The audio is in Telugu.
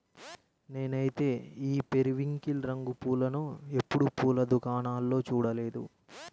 నేనైతే ఈ పెరివింకిల్ రంగు పూలను ఎప్పుడు పూల దుకాణాల్లో చూడలేదు